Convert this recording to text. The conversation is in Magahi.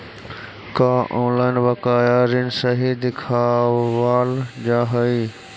का ऑनलाइन बकाया ऋण सही दिखावाल जा हई